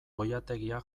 oilategia